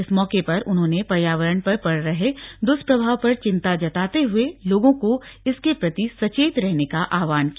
इस मौके पर उन्होंने पर्यावरण पर पड़ रहे दुष्प्रभाव पर चिंता जताते हुए लोगों को इसके प्रति सचेत रहने का आहवान किया